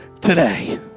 today